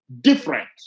different